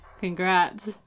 Congrats